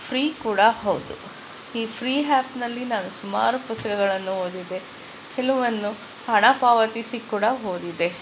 free ಕೂಡ ಹೌದು ಈ ಫ್ರೀ ಹ್ಯಾಪ್ನಲ್ಲಿ ನಾನು ಸುಮಾರು ಪುಸ್ತಕಗಳನ್ನು ಓದಿದೆ ಕೆಲವನ್ನು ಹಣ ಪಾವತಿಸಿ ಕೂಡ ಓದಿದೆ